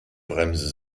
bremse